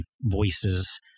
voices